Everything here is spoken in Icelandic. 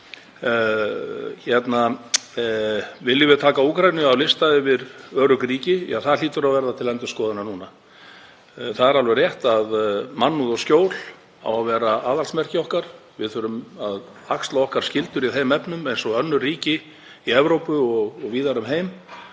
Viljum við taka Úkraínu af lista yfir örugg ríki? Ja, það hlýtur að verða til endurskoðunar núna. Það er alveg rétt að mannúð og skjól á að vera aðalsmerki okkar. Við þurfum að axla okkar skyldur í þeim efnum eins og önnur ríki í Evrópu og víðar um heim.